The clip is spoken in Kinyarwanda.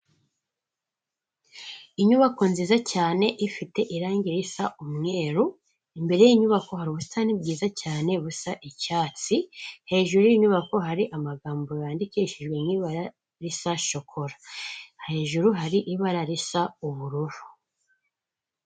Inyubako nziza cyane ifite irangi risa umweru, imbere y'inyubako hari ubusitani bwiza cyane busa icyatsi, hejuru y'iyi nyubako hari amagambo yandikishijwe ibara risa shokora, hejuru hari ibara risa ubururu.